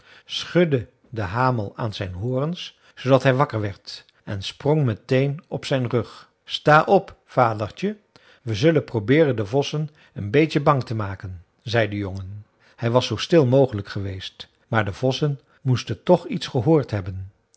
schudde den hamel aan zijn horens zoodat hij wakker werd en sprong meteen op zijn rug sta op vadertje we zullen probeeren de vossen een beetje bang te maken zei de jongen hij was zoo stil mogelijk geweest maar de vossen moesten toch iets gehoord hebben